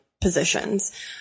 positions